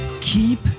keep